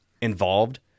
involved